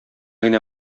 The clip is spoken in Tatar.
генә